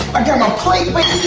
i got my plate